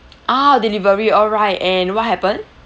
ah delivery alright and what happened